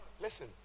Listen